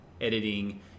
editing